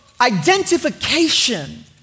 identification